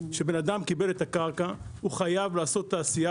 כשבן אדם קיבל את הקרקע הוא חייב לעשות תעשייה